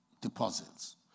deposits